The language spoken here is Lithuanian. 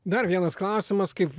dar vienas klausimas kaip